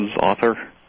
author